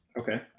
Okay